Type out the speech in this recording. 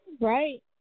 Right